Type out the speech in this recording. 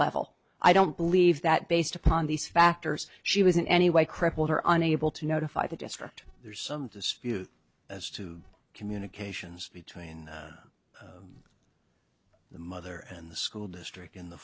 level i don't believe that based upon these factors she was in any way crippled or on able to notify the district there's some dispute as to communications between the mother and the school district in the